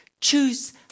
choose